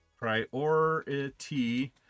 priority